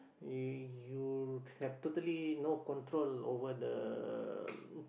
y~ you have totally no control over the